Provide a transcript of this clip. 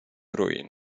ruin